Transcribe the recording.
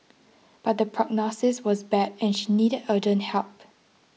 but the prognosis was bad and she needed urgent help